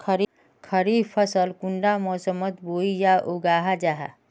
खरीफ फसल कुंडा मोसमोत बोई या उगाहा जाहा?